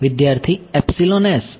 વિદ્યાર્થી epsilon s